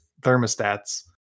thermostats